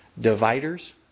Dividers